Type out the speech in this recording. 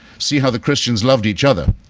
see how the christians loved each other,